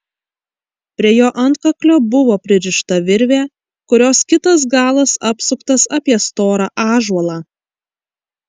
prie jo antkaklio buvo pririšta virvė kurios kitas galas apsuktas apie storą ąžuolą